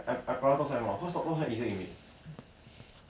I don't know I try my best to help but sometimes